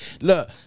Look